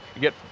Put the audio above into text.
get